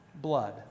blood